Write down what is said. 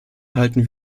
halten